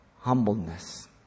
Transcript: Humbleness